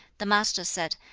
the master said,